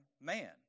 man